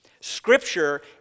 Scripture